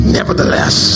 Nevertheless